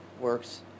works